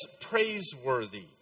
praiseworthy